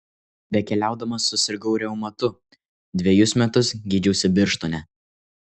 bekeliaudamas susirgau reumatu dvejus metus gydžiausi birštone